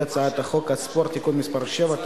הצעת חוק הספורט (תיקון מס' 7),